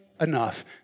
enough